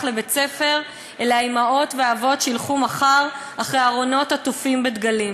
לבית-הספר אלה האימהות והאבות שילכו מחר אחרי ארונות עטופים בדגלים.